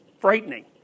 frightening